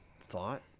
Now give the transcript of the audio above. thought